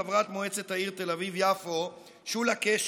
חברת מועצת העיר תל אביב-יפו שולה קשת.